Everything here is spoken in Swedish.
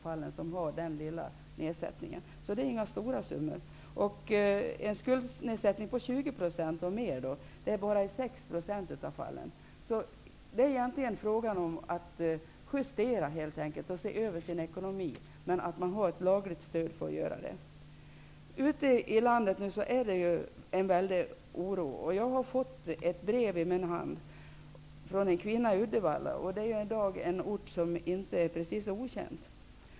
Det är alltså inte fråga om några stora summor. En skuldnedsättning på 20 % och mer förekommer bara i 6 % av fallen. Det är egentligen fråga om att justera och se över sin ekonomi, men vi menar att man skall ha ett lagligt stöd för det. Ute i landet finns nu en väldig oro. Jag har fått ett brev från en kvinna i Uddevalla, en ort som i dag inte är precis okänd.